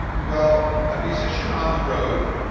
well, a musician on the road.